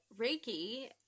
Reiki